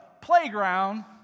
playground